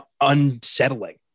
unsettling